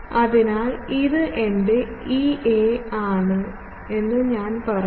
അതിനാൽ ഇത് എന്റെ Ea ആണെന്ന് ഞാൻ പറയുന്നു